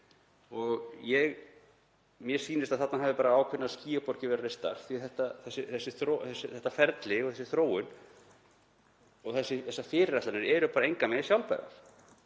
Mér sýnist að þarna hafi bara ákveðnar skýjaborgir verið reistar því þetta ferli og þessi þróun og þessar fyrirætlanir eru bara engan veginn sjálfbærar.